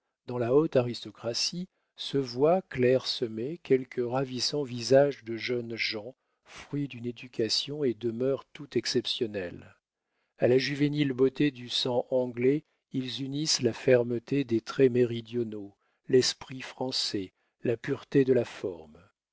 dans la haute aristocratie se voient clair-semés quelques ravissants visages de jeunes gens fruits d'une éducation et de mœurs tout exceptionnelles a la juvénile beauté du sang anglais ils unissent la fermeté des traits méridionaux l'esprit français la pureté de la forme